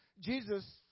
Jesus